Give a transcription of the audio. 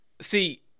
see